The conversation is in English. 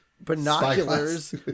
binoculars